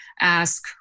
ask